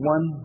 One